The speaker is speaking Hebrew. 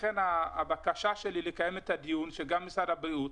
לכן הבקשה שלי לקיים את הדיון, גם שמשרד הבריאות,